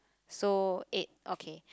so eight ok